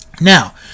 Now